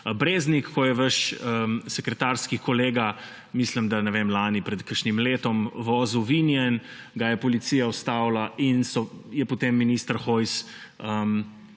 Breznik, ko je vaš sekretarski kolega, ne vem, mislim da lani, pred kakšnim letom, vozil vinjen, ga je policija ustavila in je potem minister Hojs